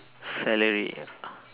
celery